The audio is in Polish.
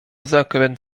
zakręt